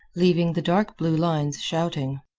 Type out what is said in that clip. leaving the dark-blue lines shouting.